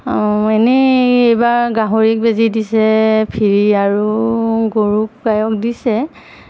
এনেই এইবাৰ গাহৰিক বেজি দিছে ফ্ৰী আৰু গৰুক গাইক দিছে